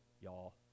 y'all